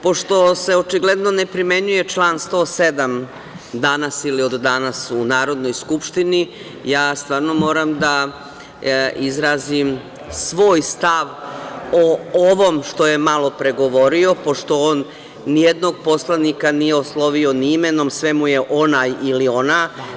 Pošto se očigledno ne primenjuje član 107. danas, ili od danas u Narodnoj skupštini, ja stvarno moram da izrazim svoj stav o ovome što je malopre govorio, pošto on ni jednog poslanika nije oslovio ni imenom, sve mu je onaj ili ona.